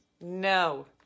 No